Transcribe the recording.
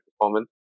performance